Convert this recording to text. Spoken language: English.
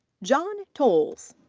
john toles.